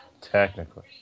Technically